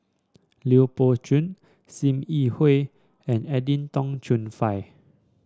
Lui Pao Chuen Sim Yi Hui and Edwin Tong Chun Fai